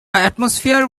atmosphere